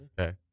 okay